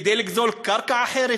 כדי לגזול קרקע אחרת,